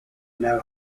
know